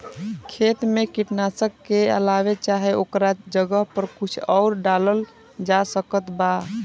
खेत मे कीटनाशक के अलावे चाहे ओकरा जगह पर कुछ आउर डालल जा सकत बा?